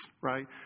Right